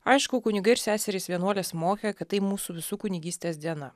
aišku kunigai ir seserys vienuolės mokė kad tai mūsų visų kunigystės diena